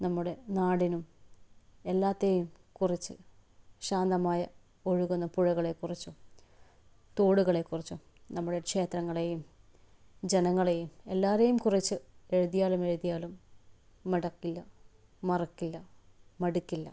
നമ്മുടെ നാടിനും എല്ലാറ്റിനെയും കുറിച്ച് ശാന്തമായ ഒഴുകുന്ന പുഴകളെ കുറിച്ചും തോടുകളെ കുറിച്ചും നമ്മുടെ ക്ഷേത്രങ്ങളെയും ജനങ്ങളെയും എല്ലാവരെയും കുറിച്ച് എഴുതിയാലും എഴുതിയാലും മടുപ്പില്ല മറക്കില്ല മടുക്കില്ല